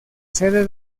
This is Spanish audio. sede